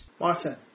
Martin